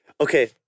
Okay